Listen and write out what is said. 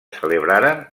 celebraren